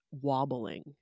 wobbling